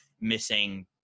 missing